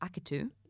Akitu